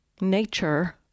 nature